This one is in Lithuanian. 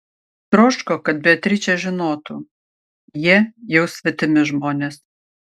troško kad beatričė žinotų jie jau svetimi žmonės